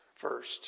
first